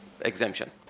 exemption